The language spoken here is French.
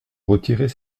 retirer